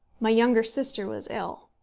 my younger sister was ill.